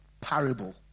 parable